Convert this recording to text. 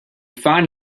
find